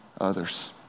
others